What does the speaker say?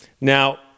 Now